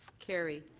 carried.